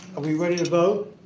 are we ready to vote?